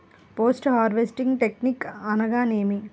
Post harvesting technique అనగా నేమి?